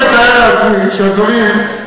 אני מתאר לעצמי שהדברים,